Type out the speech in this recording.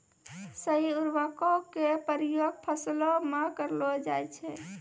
सही उर्वरको क उपयोग फसलो म करलो जाय छै